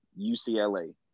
ucla